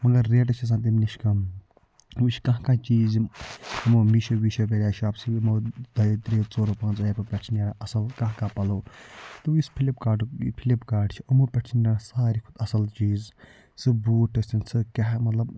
مگر ریٹہٕ چھِ آسان تَمہِ نِش کَم أمیٚے چھُ کانٛہہ کانٛہہ چیٖز یِم یِموٚو میٖشو ویٖشو پٮ۪ٹھ شواپسی یِموٚو دۄیوٚو تریٚیوٚو ژوروٚو پٲنٛژو ایپوٚو پٮ۪ٹھ چھِ نیران اصٕل کانٛہہ کانٛہہ پَلوٚو تہٕ وۄنۍ یُس فِلپکارٹُک فِلپکارٹ چھُ یِموٚو پٮ۪ٹھ چھِ آسان ساروٕے کھۄتہٕ اصٕل چیٖز سُہ بوٗٹھ ٲسۍ تن سُہ کیٛاہ مطلب